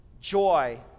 Joy